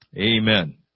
Amen